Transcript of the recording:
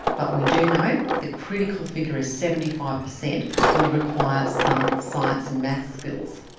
but we do know the critical figure of seventy five percent will require some science and maths skills.